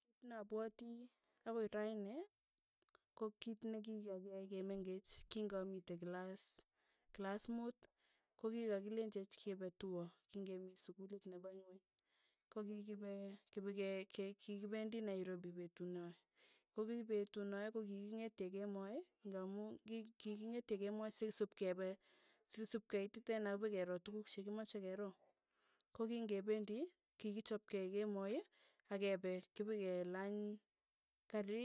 Kit napwati akoi rani ko kiit nekikakiyai kemeng'ech, king'amitei klas klas muut, kokikakilenchech kepe tua king'epi sukulit nepo ing'weny, kokikipe kipeke ke kikipendi nairobi petu nae, kokipetu nae kokiking'etye kemoi ng'amu ki- ki king'etye kemoi sisipkepe sisipkeititen apikepero tukuk chekimache kero, koking'ependi, kikichapkei kemoi, akepe kipakelany kari